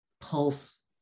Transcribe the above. pulse